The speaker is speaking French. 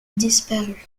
disparu